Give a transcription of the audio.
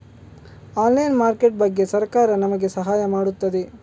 Online market ಬಗ್ಗೆ ಸರಕಾರ ನಮಗೆ ಸಹಾಯ ಮಾಡುತ್ತದೆ?